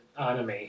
anime